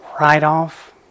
write-off